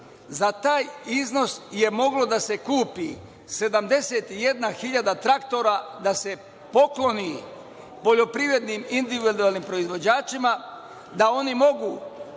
Za taj iznos je moglo da se kupi, 71 hiljada traktora da se pokloni poljoprivrednim individualnim proizvođačima da oni mogu